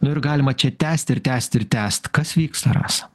nu ir galima čia tęsti ir tęsti ir tęst kas vyksta rasa